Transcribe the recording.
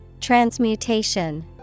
Transmutation